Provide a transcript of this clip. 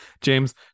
James